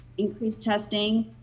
increase testing,